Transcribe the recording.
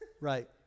right